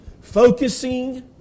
Focusing